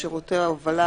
שירותי הובלה,